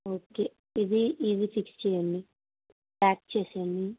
okay ఇది ఇది fix చేయండి ప్యాక్ చేయండి